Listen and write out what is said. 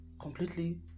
completely